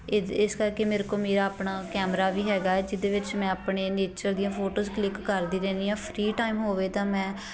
ਇ ਇਸ ਕਰਕੇ ਮੇਰੇ ਕੋਲ ਮੇਰਾ ਆਪਣਾ ਕੈਮਰਾ ਵੀ ਹੈਗਾ ਹੈ ਜਿਹਦੇ ਵਿੱਚ ਮੈਂ ਆਪਣੇ ਨੇਚਰ ਦੀਆਂ ਫੋਟੋਜ਼ ਕਲਿੱਕ ਕਰਦੀ ਰਹਿੰਦੀ ਹਾਂ ਫਰੀ ਟਾਈਮ ਹੋਵੇ ਤਾਂ ਮੈਂ